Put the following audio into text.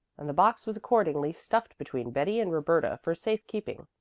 and the box was accordingly stuffed between betty and roberta for safe keeping.